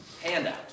handout